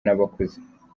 n’abakuze